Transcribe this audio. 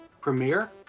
premiere